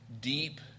deep